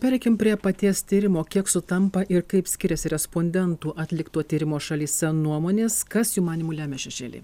pereikim prie paties tyrimo kiek sutampa ir kaip skiriasi respondentų atlikto tyrimo šalyse nuomonės kas jų manymu lemia šešėlį